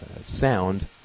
sound